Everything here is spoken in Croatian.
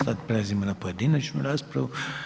Sad prelazimo na pojedinačnu raspravu.